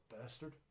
bastard